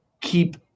keep